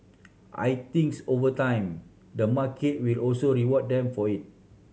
I thinks over time the market will also reward them for it